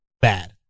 bad